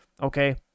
okay